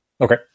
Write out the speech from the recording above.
Okay